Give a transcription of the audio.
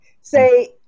say